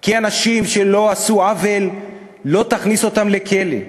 כי אנשים שלא עשו עוול, לא תכניס אותם לכלא.